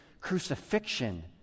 crucifixion